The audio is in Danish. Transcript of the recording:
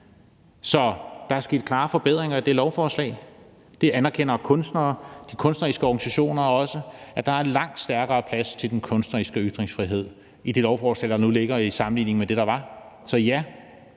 Så der er sket klare forbedringer af det lovforslag. Det anerkender kunstnere og kunstneriske organisationer også, altså at der er langt mere plads til den kunstneriske ytringsfrihed i det lovforslag, der ligger nu, i sammenligning med det, der var. Så ja,